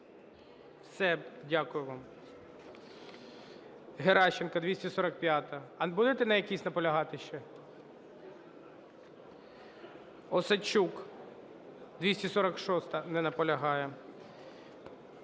Все. Дякую вам. Геращенко, 245-а? А будете на якійсь наполягати ще? Осадчук, 246-а. Не наполягає.